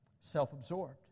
self-absorbed